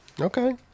Okay